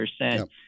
percent